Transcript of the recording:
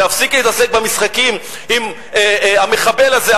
להפסיק להתעסק במשחקים עם המחבל הזה,